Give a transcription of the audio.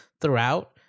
throughout